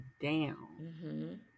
down